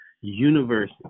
universe